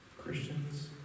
Christians